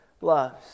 loves